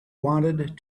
wanted